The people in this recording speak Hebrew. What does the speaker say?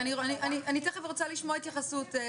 אני תכף רוצה לשמוע התייחסות.